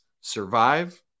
Survive